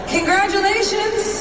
Congratulations